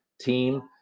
team